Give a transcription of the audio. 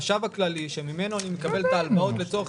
החשב הכללי שממנו אני מקבל את ההלוואות לצורך